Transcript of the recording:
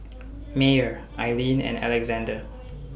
Meyer Ilene and Alexande